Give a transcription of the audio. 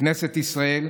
בכנסת ישראל,